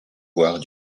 voire